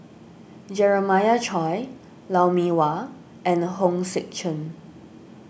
Jeremiah Choy Lou Mee Wah and Hong Sek Chern